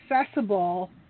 Accessible